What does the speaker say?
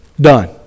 Done